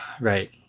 right